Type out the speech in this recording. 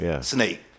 snake